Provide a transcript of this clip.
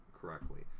correctly